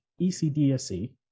ECDSA